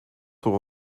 sont